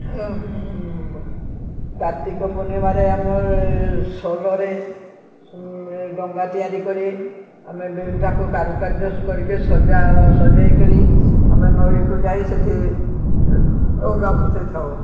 କାର୍ତ୍ତିକ ପୂର୍ଣ୍ଣିମାରେ ଆମର ସୋଲରେ ଡଙ୍ଗା ତିଆରି କରି ଆମେ ବିଭିନ୍ନ ତାକୁ କାରୁକାର୍ଯ୍ୟ କରିକି ସଜା ସଜେଇକରି ଆମେ ନଈକୁ ଯାଇ ସେଠି ଡଙ୍ଗା ଭସେଇଥାଉ